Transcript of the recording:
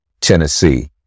Tennessee